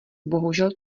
bohužel